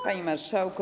Panie Marszałku!